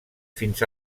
fins